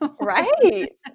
Right